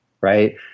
right